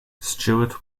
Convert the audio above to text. stewart